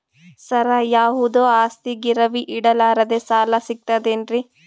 ಸರ, ಯಾವುದು ಆಸ್ತಿ ಗಿರವಿ ಇಡಲಾರದೆ ಸಾಲಾ ಸಿಗ್ತದೇನ್ರಿ?